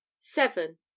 seven